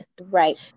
Right